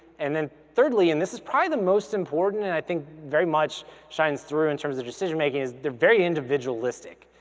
and then thirdly, and this is probably the most important and i think very much shines through in terms of decision making, is they're very individualistic.